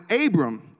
Abram